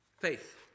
faith